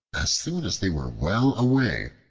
as soon as they were well away,